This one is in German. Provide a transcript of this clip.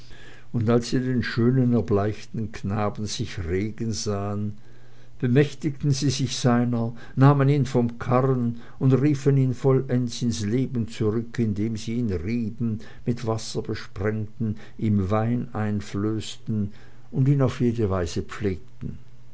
und als sie den schönen erbleichten knaben sich regen sahen bemächtigten sie sich seiner nahmen ihn vom karren und riefen ihn vollends ins leben zurück indem sie ihn rieben mit wasser besprengten ihm wein einflößten und ihn auf jede weise pflegten